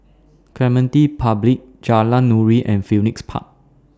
Clementi Public Jalan Nuri and Phoenix Park